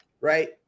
right